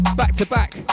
back-to-back